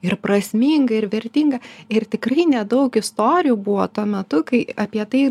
ir prasminga ir vertinga ir tikrai nedaug istorijų buvo tuo metu kai apie tai